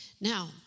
Now